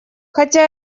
хотя